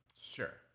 Sure